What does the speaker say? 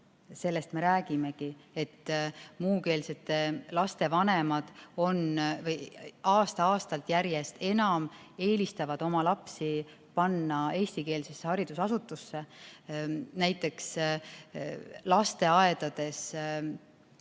Sellest me räägimegi, et muukeelsete laste vanemad aasta-aastalt järjest enam eelistavad oma lapsi panna eestikeelsesse haridusasutusse. Näiteks on lasteaedades